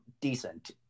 decent